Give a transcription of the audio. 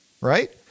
Right